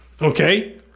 Okay